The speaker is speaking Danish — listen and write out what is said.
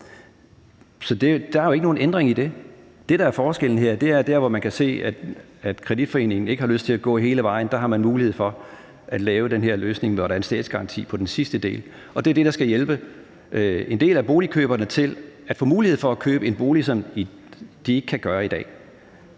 Der er jo ikke nogen ændring i det. Det, der er forskellen her, er, at der, hvor man kan se, at kreditforeningen ikke har lyst til at gå hele vejen, har man mulighed for at lave den her løsning, hvor der er en statsgaranti på den sidste del. Det er det, der skal hjælpe en del af boligkøberne til at få mulighed for at købe en bolig, hvilket de ikke kan gøre i dag.